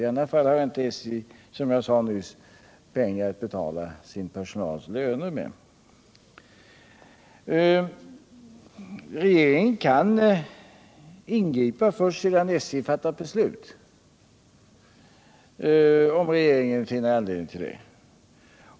I annat fall har inte SJ, som jag sade nyss, pengar att betala sin personals löner med. Regeringen kan ingripa först sedan SJ fattat beslut, om regeringen finner anledning till det.